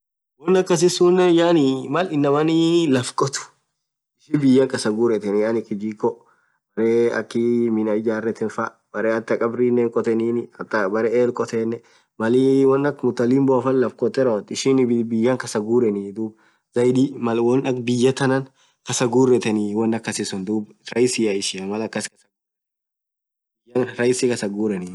Wonn aksisunen yaani Mal inamaa laff kothu ishin biyyan kasaaa ghurtteni yaani kijiko berre akhii Minnan ijarethen faa berre athaa khabrinen hin khothenin athaa berre el khotenen Malii won akha mtalimbo faan lafkoteee rawothu ishinen biyyan kasaghuren dhub zaidi Mal won akha biyya thanan kasa ghuretheni won khasisun dhub rahisia ishian malkas bii kasa ghuren akha rahis khasa gureni